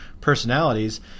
personalities